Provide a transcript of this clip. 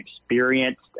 experienced